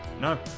No